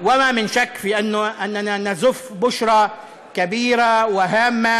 אין ספק שאנחנו מביאים בשורה גדולה וחשובה,